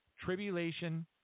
tribulation